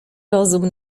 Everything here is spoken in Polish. rozum